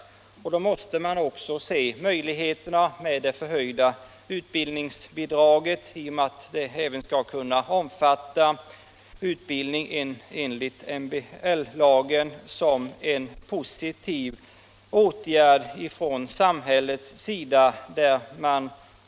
Eftersom det förhöjda utbildningsbidraget även skall kunna omfatta utbildning beträffande medbestämmandelagen måste det ses som en positiv åtgärd från samhällets sida.